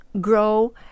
grow